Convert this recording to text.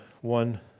one